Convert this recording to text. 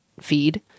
feed